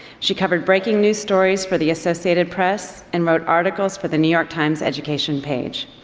she covered breaking news stories for the associated press and wrote articles for the new york times education page.